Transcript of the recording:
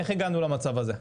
איך הגענו למצב הזה?